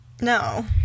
No